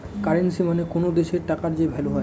currency মানে কোনো দেশের টাকার যে ভ্যালু হয়